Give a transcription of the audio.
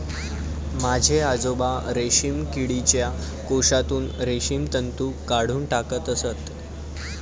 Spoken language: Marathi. माझे आजोबा रेशीम किडीच्या कोशातून रेशीम तंतू काढून टाकत असत